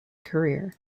career